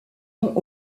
nom